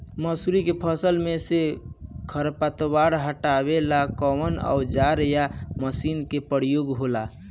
मसुरी के फसल मे से खरपतवार हटावेला कवन औजार या मशीन का प्रयोंग होला?